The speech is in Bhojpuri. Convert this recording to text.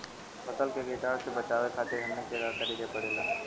फसल के कीटाणु से बचावे खातिर हमनी के का करे के पड़ेला?